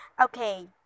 Okay